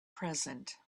present